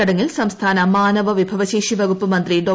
ചടങ്ങിൽ സംസ്ഥാന മാനവവിഭവശേഷി വകുപ്പു മന്ത്രി ഡോ